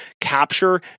capture